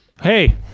Hey